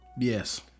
Yes